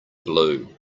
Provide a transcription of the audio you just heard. blue